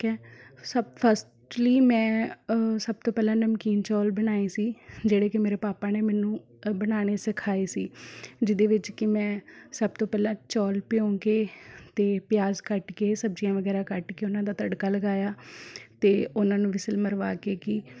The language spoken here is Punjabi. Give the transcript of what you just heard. ਕ ਸਭ ਫਸਟਲੀ ਮੈਂ ਸਭ ਤੋਂ ਪਹਿਲਾਂ ਨਮਕੀਨ ਚੌਲ ਬਣਾਏ ਸੀ ਜਿਹੜੇ ਕਿ ਮੇਰੇ ਪਾਪਾ ਨੇ ਮੈਨੂੰ ਬਣਾਉਣੇ ਸਿਖਾਏ ਸੀ ਜਿਹਦੇ ਵਿੱਚ ਕਿ ਮੈਂ ਸਭ ਤੋਂ ਪਹਿਲਾਂ ਚੌਲ ਭਿਓਂ ਕੇ ਅਤੇ ਪਿਆਜ਼ ਕੱਟ ਕੇ ਸਬਜ਼ੀਆਂ ਵਗੈਰਾ ਕੱਟ ਕੇ ਉਹਨਾਂ ਦਾ ਤੜਕਾ ਲਗਾਇਆ ਅਤੇ ਉਹਨਾਂ ਨੂੰ ਵਿਸਲ ਮਰਵਾ ਕੇ ਕਿ